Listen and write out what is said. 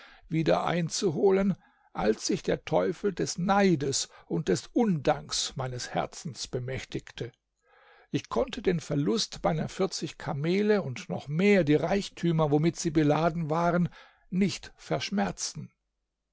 wieder einzuholen als sich der teufel des neides und des undanks meines herzens bemächtigte ich konnte den verlust meiner vierzig kamele und noch mehr die reichtümer womit sie beladen waren nicht verschmerzen